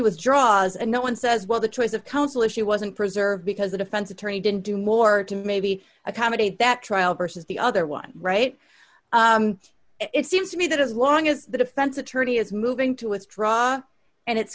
was draws and no one says well the choice of counsel issue wasn't preserved because the defense attorney didn't do more to maybe accommodate that trial versus the other one right it seems to me that as long as the defense attorney is moving to withdraw and it's